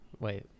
Wait